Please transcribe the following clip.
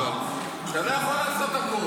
אתה לא יכול לעשות הכול.